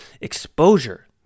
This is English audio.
Exposure